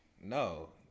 no